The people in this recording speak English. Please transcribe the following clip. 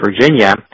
Virginia